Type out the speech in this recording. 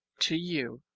to you